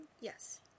Yes